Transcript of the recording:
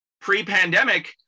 pre-pandemic